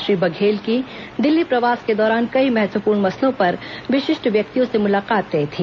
श्री बघेल की दिल्ली प्रवास के दौरान कई महत्वपूर्ण मसलों पर विशिष्ट व्यक्तियों से मुलाकात तय थी